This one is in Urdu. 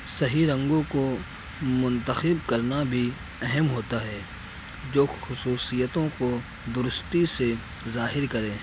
صحیح رنگوں کو منتخب کرنا بھی اہم ہوتا ہے جو خصوصیتوں کو درستی سے ظاہر کرے